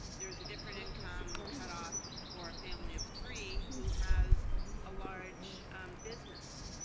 there is a different income cut off for a family of three who has a large business